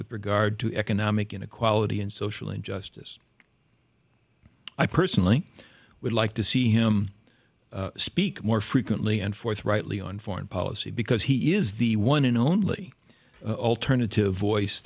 with regard to economic inequality and social injustice i personally would like to see him speak more frequently and forthrightly on foreign policy because he is the one and only alternative voice